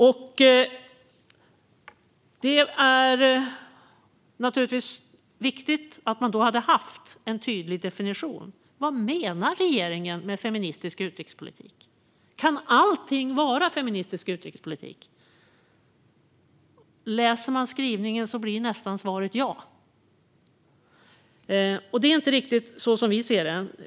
Det hade då naturligtvis varit viktigt med en tydlig definition. Vad menar regeringen med feministisk utrikespolitik? Kan allting vara feministisk utrikespolitik? Läser man skrivelsen blir nästan svaret ja, men det är inte riktigt så som vi ser det.